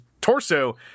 torso